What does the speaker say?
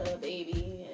baby